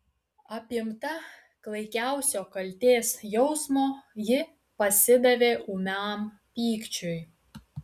apimta klaikiausio kaltės jausmo ji pasidavė ūmiam pykčiui